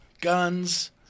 guns